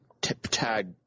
tip-tag